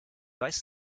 weiß